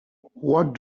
what